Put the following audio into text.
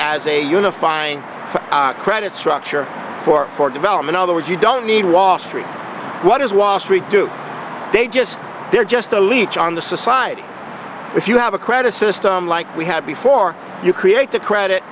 as a unifying credit structure for for development otherwise you don't need wast three what is wall street do they just they're just a leech on the society if you have a credit system like we had before you create the credit